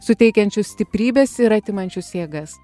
suteikiančius stiprybės ir atimančius jėgas